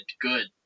good